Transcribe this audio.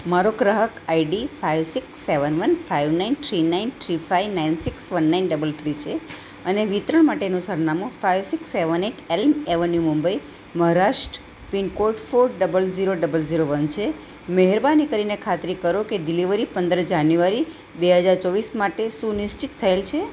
મારો ગ્રાહક ID five six seven one five nine three nine three five nine six one nine double three છે અને વિતરણ માટેનું સરનામું five six seven eight elm avenue Mumbai Maharashtra pin code four double zero double zero one છે મહેરબાની કરીને ખાતરી કરો કે ડિલીવરી પંદર જાન્યુઆરી બે હજાર ચોવીસ માટે સુનિશ્ચિત થયેલ છે